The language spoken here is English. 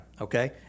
Okay